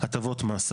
הטבות מס.